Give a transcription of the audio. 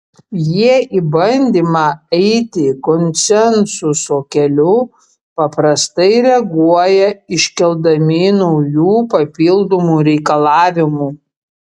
jie į bandymą eiti konsensuso keliu paprastai reaguoja iškeldami naujų papildomų reikalavimų